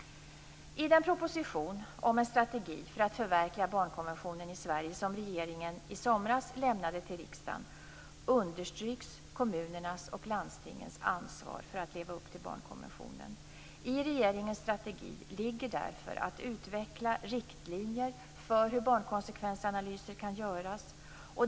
I den proposition om en strategi för att förverkliga barnkonventionen i Sverige som regeringen i somras lämnade till riksdagen understryks kommunernas och landstingens ansvar för att leva upp till barnkonventionen. I regeringens strategi ligger därför att utveckla riktlinjer för hur barnkonsekvensanalyser kan göras.